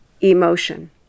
emotion